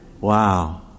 Wow